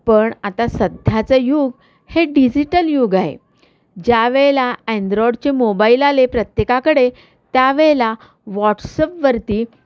पण आता सध्याचं युग हे डिजिटल युग आहे ज्यावेळेला अँड्रॉडचे मोबाईल आले प्रत्येकाकडे त्यावेळेला व्हॉट्सअपवरती